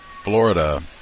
Florida